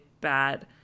bad